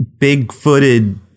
big-footed